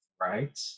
Right